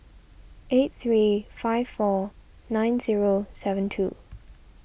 eight three five four nine zero seven two